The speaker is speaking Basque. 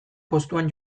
postuan